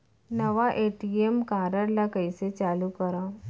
नवा ATM card ल कइसे चालू करव?